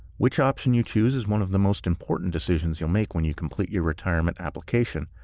which option you choose is one of the most important decisions you'll make when you complete your retirement application,